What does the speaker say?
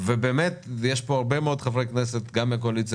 ובאמת יש פה הרבה מאוד חברי כנסת גם מהקואליציה